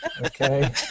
Okay